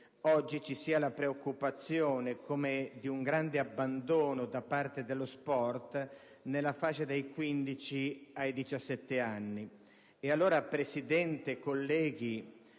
oggi vi sia la preoccupazione di un grande abbandono da parte dello sport della fascia dai 15 ai 17 anni.